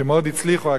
שמאוד הצליחו,